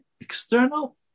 external